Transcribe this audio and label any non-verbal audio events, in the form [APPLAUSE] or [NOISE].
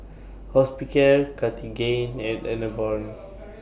Hospicare Cartigain and Enervon [NOISE]